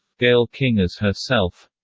gayle king as herself